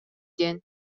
диэн